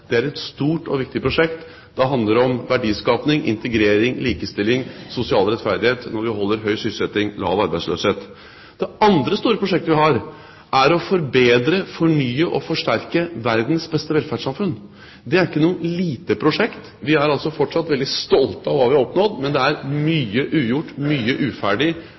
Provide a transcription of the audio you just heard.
Det er et stort og viktig prosjekt: Det handler om verdiskaping, integrering, likestilling og sosial rettferdighet når vi holder høy sysselsetting og lav arbeidsløshet. Det andre store prosjektet vi har, er å forbedre, fornye og forsterke verdens beste velferdssamfunn. Det er ikke noe lite prosjekt. Vi er fortsatt veldig stolte av hva vi har oppnådd, men det er mye ugjort og mye uferdig.